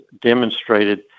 demonstrated